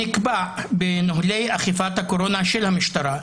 נקבע בנוהלי אכיפת הקורונה של המשטרה,